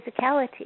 physicality